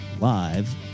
live